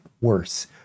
worse